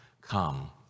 come